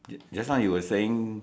just just now you were saying